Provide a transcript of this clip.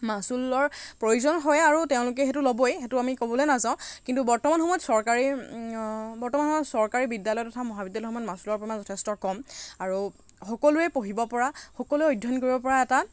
মাচুলৰ প্ৰয়োজন হয় আৰু তেওঁলোকে সেইটো ল'বই সেইটো আমি ক'বলৈ নাযাওঁ কিন্তু বৰ্তমান সময়ত চৰকাৰী বৰ্তমানৰ চৰকাৰী বিদ্যালয় তথা মহাবিদ্যালয়সমূহত মাচুলৰ পৰিমাণ যথেষ্ট কম আৰু সকলোৱে পঢ়িব পৰা সকলোৱে অধ্যয়ন কৰিব পৰা এটা